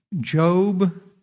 Job